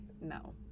no